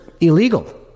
illegal